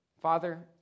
Father